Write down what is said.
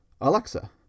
Alexa